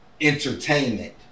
entertainment